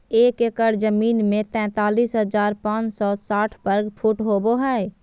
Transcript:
एक एकड़ जमीन में तैंतालीस हजार पांच सौ साठ वर्ग फुट होबो हइ